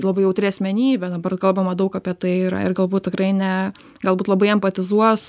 labai jautri asmenybė dabar kalbama daug apie tai yra ir galbūt tikrai ne galbūt labai empatizuos